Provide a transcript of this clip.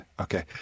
Okay